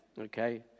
Okay